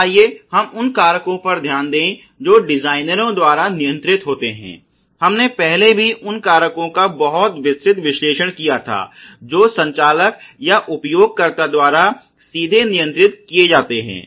तो आइए हम उन कारकों पर ध्यान दें जो डिजाइनरों द्वारा नियंत्रित होते हैं हमने पहले भी उन कारकों का बहुत विस्तृत विश्लेषण किया था जो संचालक या उपयोगकर्ता द्वारा सीधे नियंत्रित किए जाते हैं